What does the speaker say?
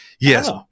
Yes